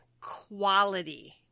quality